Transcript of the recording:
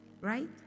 Right